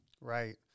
Right